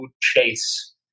chase